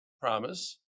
promise